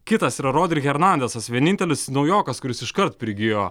kitas yra rodri hernadesas vienintelis naujokas kuris iškart prigijo